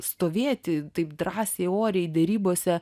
stovėti taip drąsiai oriai derybose